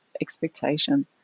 expectation